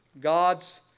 God's